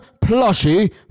plushie